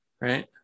right